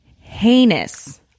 heinous